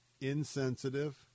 insensitive